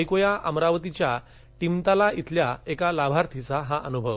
ऐक्या अमरावतीच्या टीमताला इथल्या या लाभार्थीचा अनुभव